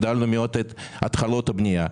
הגדלנו מאוד את התחלות הבנייה.